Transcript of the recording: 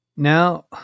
Now